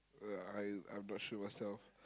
ya I I'm not sure myself